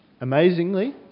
amazingly